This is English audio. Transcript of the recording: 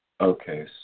Okay